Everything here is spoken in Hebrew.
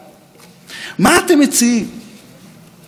במקום בית המשפט הזה שאתם כל כך מתעבים,